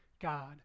God